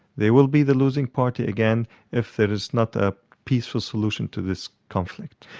they will be the losing party again if there is not a peaceful solution to this conflict.